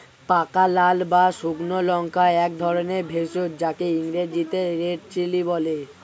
পাকা লাল বা শুকনো লঙ্কা একধরনের ভেষজ যাকে ইংরেজিতে রেড চিলি বলে